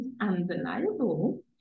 undeniable